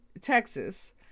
Texas